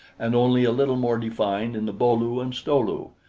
and only a little more defined in the bo-lu and sto-lu,